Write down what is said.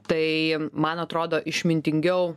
tai man atrodo išmintingiau